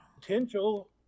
potential